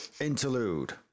interlude